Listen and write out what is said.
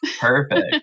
Perfect